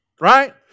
right